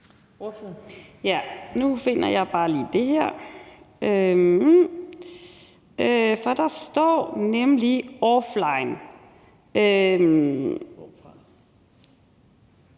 Nu skal jeg bare lige finde det, for der står nemlig offline